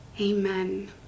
amen